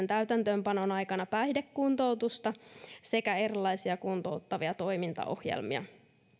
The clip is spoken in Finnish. täytäntöönpanon aikana päihdekuntoutusta sekä erilaisia kuntouttavia toimintaohjelmia